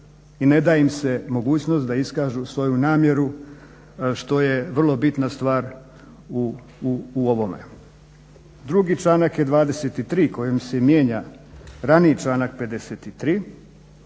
i ne daje im se mogućnost da iskažu svoju namjeru što je vrlo bitna stvar u ovome. Drugi članak je 23. kojim se mijenja raniji članak 53.